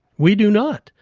we do not,